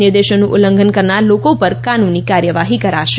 નિર્દેશોનું ઉલ્લંઘન કરનાર લોકો પર કાનૂની કાર્યવાહી કરાશે